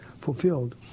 fulfilled